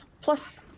plus